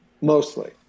mostly